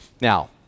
Now